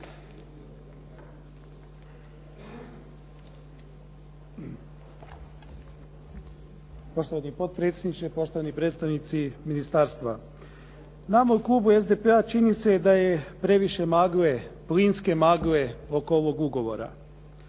Poštovani potpredsjedniče, poštovani predstavnici ministarstva. Nama u klubu SDP-a čini se da je previše magle, plinske magle oko ovog ugovora